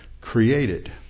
created